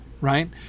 right